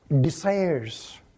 desires